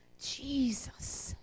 Jesus